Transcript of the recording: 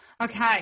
Okay